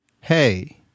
Hey